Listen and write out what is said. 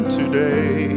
today